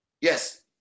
Yes